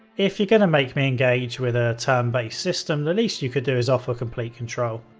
if you're going to make me engage with a turn-based system, the least you can do is offer complete control.